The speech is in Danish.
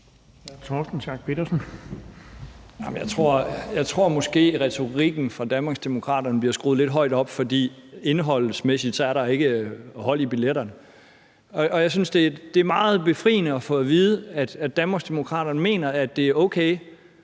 jeg tror måske, at retorikken fra Danmarksdemokraterne bliver skruet lidt højt op, for indholdsmæssigt er der ikke hold i billetterne. Jeg synes, det er meget befriende at få at vide, at Danmarksdemokraterne mener, at det er okay,